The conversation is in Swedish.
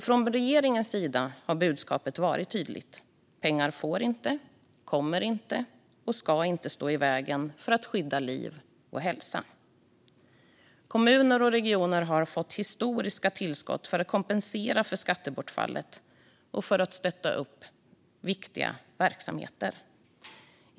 Från regeringens sida har budskapet varit tydligt: pengar får inte, kommer inte och ska inte stå i vägen för att skydda liv och hälsa. Kommuner och regioner har fått historiska tillskott för att kompensera för skattebortfallet och för att stötta upp viktiga verksamheter.